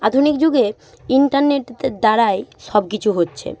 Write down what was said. আধুনিক যুগে ইন্টারনেট দ্বারাই সব কিছু হচ্ছে